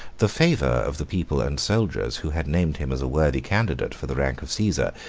the favor of the people and soldiers, who had named him as a worthy candidate for the rank of caesar,